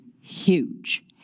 huge